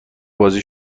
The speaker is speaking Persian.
بازی